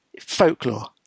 folklore